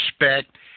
respect